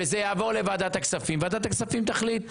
וזה יעבור לוועדת הכספים, וועדת הכספים תחליט.